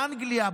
באנגליה,